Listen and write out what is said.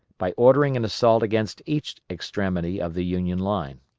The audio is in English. by ordering an assault against each extremity of the union line.